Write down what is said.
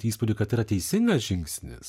įspūdį kad yra teisingas žingsnis